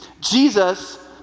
Jesus